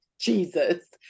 Jesus